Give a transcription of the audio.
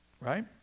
right